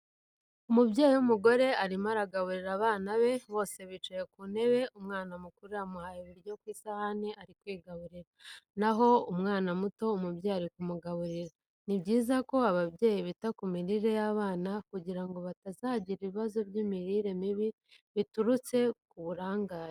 umubyeyi w'umugore urimo kugaburira abana be, bose bicaye ku ntebe umwana mukuru yamuhaye ibiryo ku isahane ari kwigaburira naho uwana muto umubyeyi arimo kumugaburira. nibyiza ko ababyeyi bita ku mirire y'abana kugirango batazagira ibibazo by'imirire mibi biturutse ku burangare.